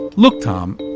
look tom,